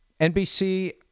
NBC